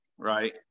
right